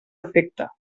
efecte